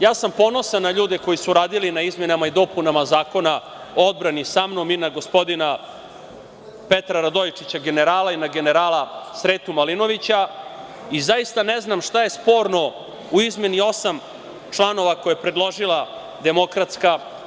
Ja sam ponosan na ljude koji su radili na izmenama i dopunama Zakona o odbrani samnom, i na gospodina Petra Radojčića, generala, i na generala Sretu Malinovića i zaista ne znam šta je sporno i izmeni osam članova koje je predložila DS.